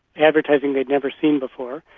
advertising they'd never seen before,